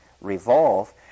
revolve